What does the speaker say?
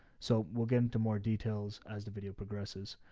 so we'll get into more details as the video progresses.